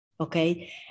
okay